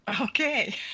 Okay